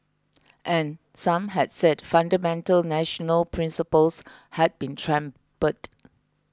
and some had said fundamental national principles had been trampled